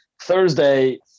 Thursday